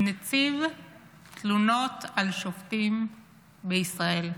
לנציב תלונות על שופטים בישראל.